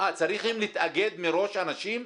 צריכים להתאגד מראש אנשים?